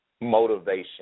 motivation